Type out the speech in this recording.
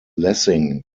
lessing